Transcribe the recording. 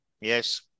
Yes